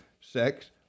sex